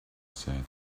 said